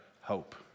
hope